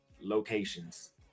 locations